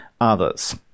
others